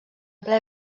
ple